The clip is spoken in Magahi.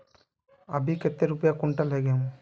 अभी कते रुपया कुंटल है गहुम?